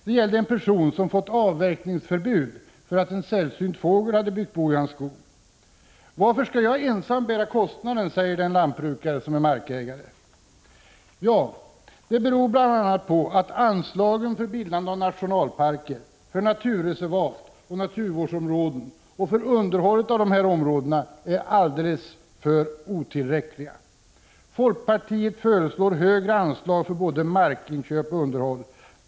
Det handlade om en person som fått avverkningsförbud därför att en sällsynt fågel hade byggt bo i hans skog. Varför skall jag ensam bära kostnaden? säger den lantbrukare som är markägare. Ja, det beror bl.a. på att anslagen för bildande av nationalparker, naturreservat och naturvårdsområden och för underhåll av dessa områden är alldeles otillräckliga. Folkpartiet föreslår högre anslag för både markinköp och underhåll.